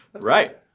Right